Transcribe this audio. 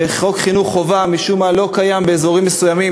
חוק חינוך חובה משום מה לא קיים באזורים מסוימים,